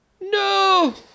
No